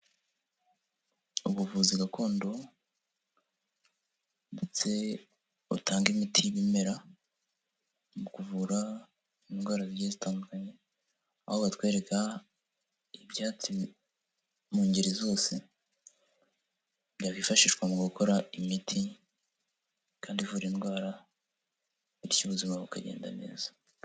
Ubuvuzi gakondo ndetse butanga imiti y'ibimera mu kuvura indwara zitandukanye, aho batwereka ibyatsi mu ngeri zose byifashishwa mu gukora imiti, kandi ivura indwara, bityo ubuzima bukagenda neza.